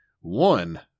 One